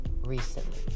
recently